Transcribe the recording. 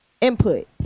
input